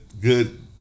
good